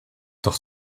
doch